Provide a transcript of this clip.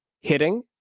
hitting